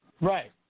Right